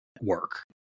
work